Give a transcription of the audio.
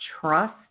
Trust